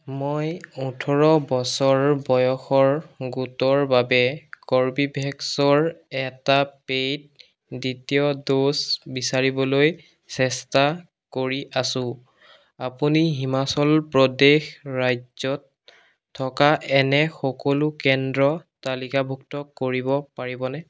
মই ওঠৰ বছৰ বয়সৰ গোটৰ বাবে কৰ্বীভেক্সৰ এটা পেইড দ্বিতীয় ড'জ বিচাৰিবলৈ চেষ্টা কৰি আছোঁ আপুনি হিমাচল প্ৰদেশ ৰাজ্যত থকা এনে সকলো কেন্দ্ৰ তালিকাভুক্ত কৰিব পাৰিবনে